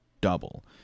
double